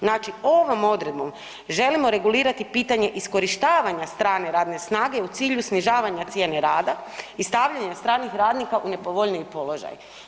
Znači ovom odredbom želimo regulirati pitanje iskorištavanja strane radne snage u cilju snižavanja cijene rada i stavljanja stranih radnika u nepovoljniji položaj.